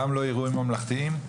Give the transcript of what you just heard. גם לא אירועים ממלכתיים?